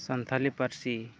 ᱥᱟᱱᱛᱟᱲᱤ ᱯᱟᱹᱨᱥᱤ